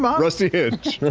um ah rusty hinge!